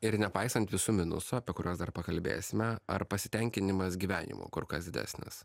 ir nepaisant visų minusų apie kuriuos dar pakalbėsime ar pasitenkinimas gyvenimu kur kas didesnis